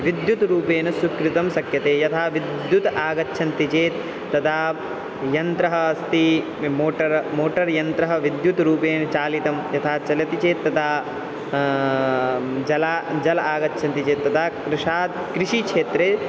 विद्युत्रूपेण रूपेण स्वीकर्तुं शक्यते यथा विद्युत् आगच्छन्ति चेत् तदा यन्त्रम् अस्ति मोटर् मोटर्यन्त्रं विद्युत्रूपेण चालितं यथा चलति चेत् तदा जलं जलम् आगच्छति चेत् तदा कृषात् कृषिक्षेत्रे